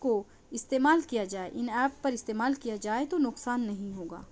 کو استعمال کیا جائے ان ایپ پر استعمال کیا جائے تو نقصان نہیں ہوگا